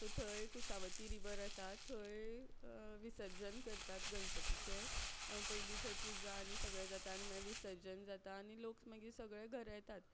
so थंय Kushavati river आसा थंय विसर्जन करतात गणपतीचें पयलीं थंय पुजा आनी सगळें जाता आनी मागीर विसर्जन जाता आनी लोक मागीर सगळे घरा येतात